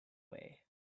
way